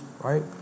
right